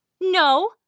No